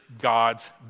God's